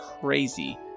crazy